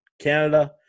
Canada